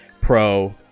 pro